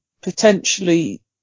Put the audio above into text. potentially